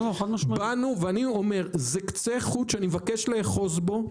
באנו ואני אומר זה קצה חוט שאני מבקש לאחוז בו,